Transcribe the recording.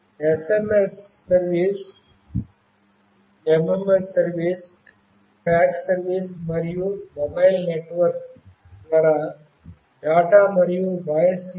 SMS service MMS service fax service మరియు mobile network ద్వారా data మరియు వాయిస్ లింక్